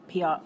PR